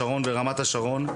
חברת הכנסת שרן השכל,